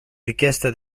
richiesta